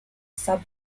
sub